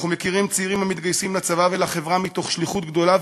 אנחנו מכירים צעירים המתגייסים לצבא ולחברה מתוך שליחות גדולה,